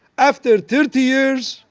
after thirty years,